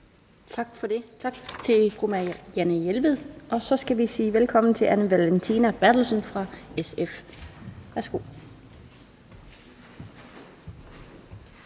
Tak for det. Tak til fru Marianne Jelved. Så skal vi sige velkommen til fru Anne Valentina Berthelsen fra SF. Værsgo.